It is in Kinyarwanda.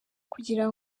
kugira